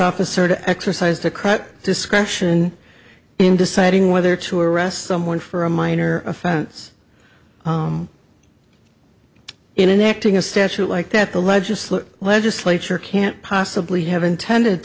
officer to exercise the crowd discretion in deciding whether to arrest someone for a minor offense in an acting a statute like that the legislature legislature can't possibly have intended